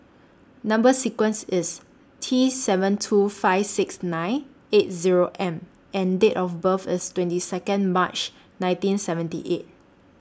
Number sequence IS T seven two five six nine eight Zero M and Date of birth IS twenty Second March nineteen seventy eight